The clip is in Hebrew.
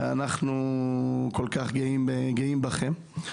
אנחנו כל-כך גאים בכם.